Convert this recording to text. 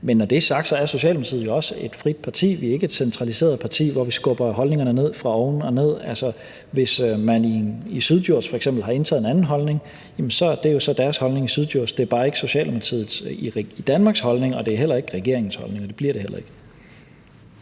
Men når det er sagt, er Socialdemokratiet jo også et frit parti; vi er ikke et centraliseret parti, hvor vi skubber holdningerne ned ovenfra. Altså, hvis man f.eks. i Syddjurs Kommune, har indtaget en anden holdning, er det jo så deres holdning i Syddjurs Kommune. Det er bare ikke Socialdemokratiet i Danmarks holdning, det er heller ikke regeringens holdning, og det bliver det heller ikke.